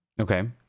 Okay